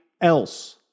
else